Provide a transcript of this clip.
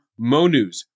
MoNews